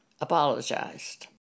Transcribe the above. apologized